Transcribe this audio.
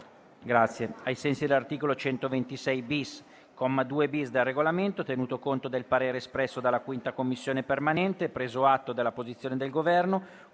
Ai sensi dell'articolo 126-*bis*, comma 2-*bis* del Regolamento, tenuto conto del parere espresso dalla 5a Commissione permanente e preso atto della posizione del Governo,